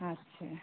अच्छे